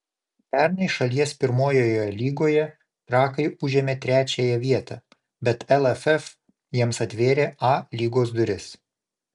pernai šalies pirmojoje lygoje trakai užėmė trečiąją vietą bet lff jiems atvėrė a lygos duris